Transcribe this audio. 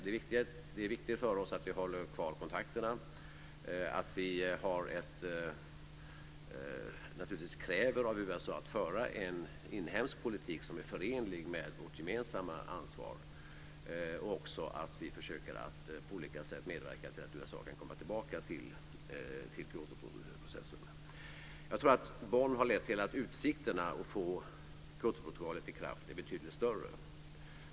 Det är viktigt för oss att hålla kvar kontakterna, att vi kräver av USA att det för en inhemsk politik som är förenlig med vårt gemensamma ansvar och att vi försöker att på olika sätt medverka till att USA kan komma tillbaka till Kyotoprocessen. Jag tror att mötet i Bonn har lett till att utsikterna att få Kyotoprotokollet i kraft är betydligt större.